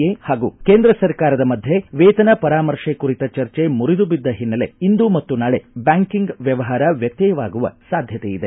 A ಹಾಗೂ ಕೇಂದ್ರ ಸರ್ಕಾರದ ಮಧ್ವೆ ವೇತನ ಪರಾಮರ್ಶೆ ಕುರಿತ ಚರ್ಚೆ ಮುರಿದು ಬಿದ್ದ ಹಿನ್ನೆಲೆ ಇಂದು ಮತ್ತು ನಾಳೆ ಬ್ಯಾಂಕಿಂಗ್ ವ್ಯವಹಾರ ವ್ಯತ್ಯಯವಾಗುವ ಸಾಧ್ಯತೆ ಇದೆ